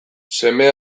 seme